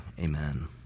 Amen